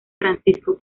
francisco